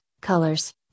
colors